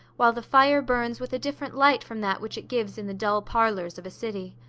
while the fire burns with a different light from that which it gives in the dull parlours of a city.